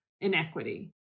inequity